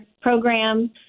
program